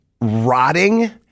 rotting